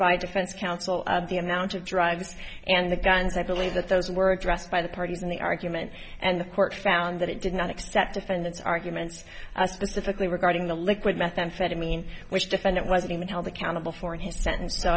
by defense counsel of the amount of drugs and the guns i believe that those were addressed by the parties in the argument and the court found that it did not accept defendants arguments specifically regarding the liquid methamphetamine which defendant was even held accountable for